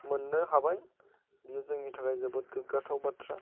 मोननो हाबाय बेयो जोंनि थाखाय जोबोद गोगगाथाव बाथ्रा